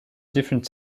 different